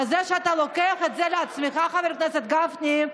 זה שאתה לוקח את זה לעצמך, חבר הכנסת גפני,